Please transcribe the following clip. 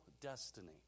destiny